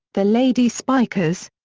the lady spikers,